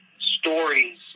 stories